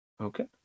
Okay